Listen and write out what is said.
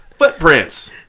footprints